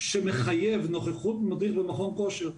שמחייב נוכחות מדריך במכון כושר.